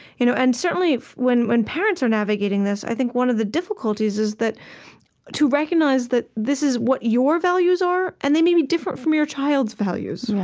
you know and certainly, when when parents are navigating this, i think one of the difficulties is to recognize that this is what your values are, and they may be different from your child's values.